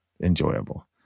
enjoyable